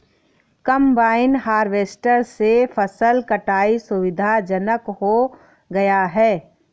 combine harvester से फसल कटाई सुविधाजनक हो गया है